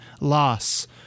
loss